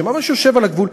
שממש יושב על הגבול,